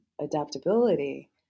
adaptability